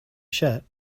shirt